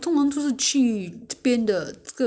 我去别的巴刹看一看